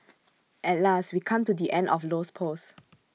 at last we come to the end of Low's post